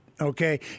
Okay